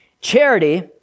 Charity